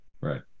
Right